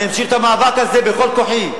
אני אמשיך את המאבק הזה בכל כוחי.